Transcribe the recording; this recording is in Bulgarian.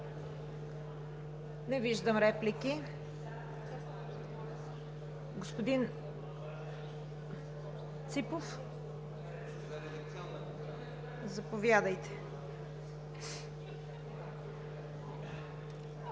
Не виждам. Господин Ципов, заповядайте.